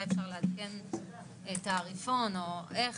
או.